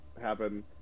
happen